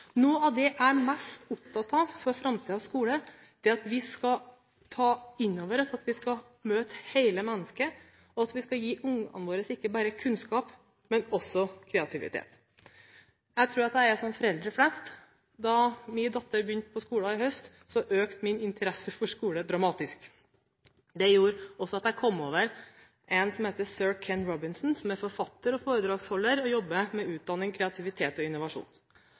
Noe av det jeg er mest opptatt av for framtidens skole, er at vi skal ta inn over oss at vi skal møte hele mennesket, og at vi skal gi ungene våre ikke bare kunnskap, men også kreativitet. Jeg tror jeg er som foreldre flest. Da min datter begynte på skolen i fjor høst, økte min interesse for skole dramatisk. Det gjorde også at jeg kom over en som heter Sir Kenneth Robinson, som er forfatter og foredragsholder, og som jobber med utdanning, kreativitet og innovasjon.